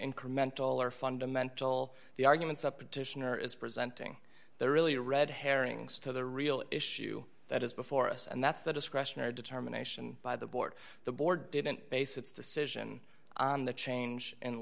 incremental or fundamental the arguments of petitioner is presenting there really are red herrings to the real issue that is before us and that's the discretionary determination by the board the board didn't base its decision on the change in